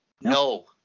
No